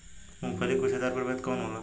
मूँगफली के गुछेदार प्रभेद कौन होला?